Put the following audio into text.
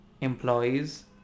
employees